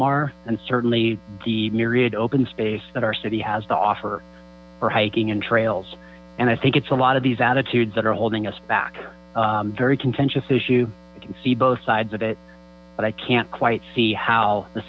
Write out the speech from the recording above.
belmar and certainly the myriad open space that our city has to offer for hiking and trails and i think it's a lot of these attitudes that are holding us back are very contentious issue i can see both sides of it but i can't quite see how the